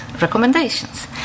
recommendations